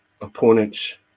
opponents